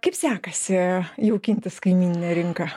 kaip sekasi jaukintis kaimyninę rinką